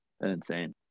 insane